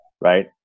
Right